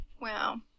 Wow